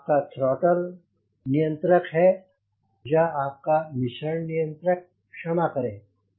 यह आपका थ्रॉटल नियंत्रक है यह है आपका मिश्रण नियंत्रक क्षमा करें